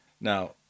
Now